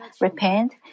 repent